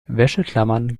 wäscheklammern